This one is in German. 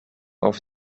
auf